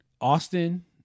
Austin